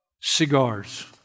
cigars